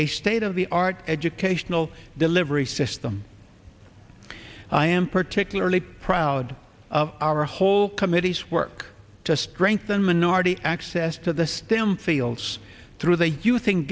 a state of the art educational delivery system i am particularly proud of our whole committee's work to strengthen minority access to the stem fields through the